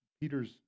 Peter's